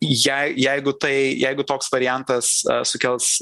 jei jeigu tai jeigu toks variantas sukels